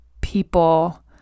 people